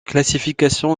classification